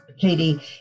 Katie